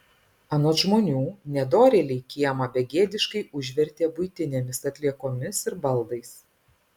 anot žmonių nedorėliai kiemą begėdiškai užvertė buitinėmis atliekomis ir baldais